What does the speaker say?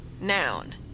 Noun